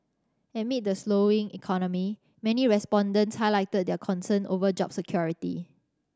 amid the slowing economy many respondents highlighted their concern over job security